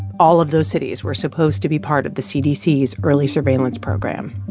all of those cities were supposed to be part of the cdc's early surveillance program.